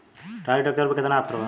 Trolley tractor पर केतना offer बा?